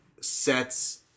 sets